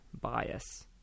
bias